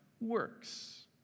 works